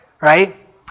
right